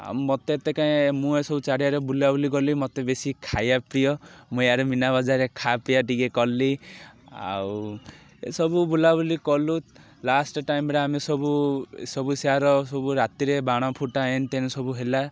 ଆଉ ମୋତେ ଏତେ କାଇଁ ମୁଁ ଏସବୁ ଚାଡ଼ିଆଡ଼େ ବୁଲାବୁଲି କଲି ମୋତେ ବେଶୀ ଖାଇବା ପ୍ରିୟ ମୁଁ ୟାରେ ମିନା ବଜାରରେ ଖାଆ ପିଆ ଟିକେ କଲି ଆଉ ଏସବୁ ବୁଲାବୁଲି କଲୁ ଲାଷ୍ଟ ଟାଇମ୍ରେ ଆମେ ସବୁ ସବୁ ସିଆଡ଼େ ସବୁ ରାତି ରେ ବାଣ ଫୁଟା ଏନତେନ ସବୁ ହେଲା